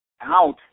out